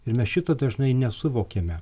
ir mes šito dažnai nesuvokiame